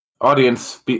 Audience